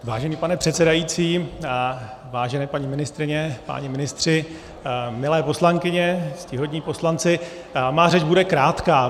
Vážený pane předsedající, vážené paní ministryně, páni ministři, milé poslankyně, ctihodní poslanci, má řeč bude krátká.